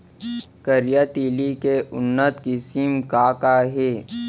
करिया तिलि के उन्नत किसिम का का हे?